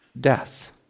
death